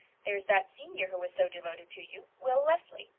there's that senior who is so devoted to you will leslie.